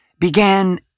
Began